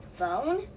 Phone